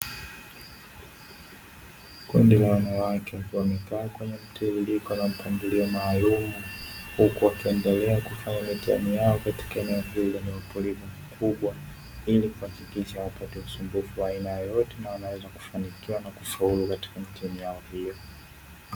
Kundi la wanawake wakiwa wamekaa kwenye mriririko na mpangilio maalumu huku wakiendelea kufanya mitihani yao katika eneo hilo lenye utulivu mkubwa, ili kuhakikisha hawapati usumbufu wa aina yoyote na wanaweza kufanikiwa na kufaulu katika mitihani yao hiyo.